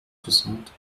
soixante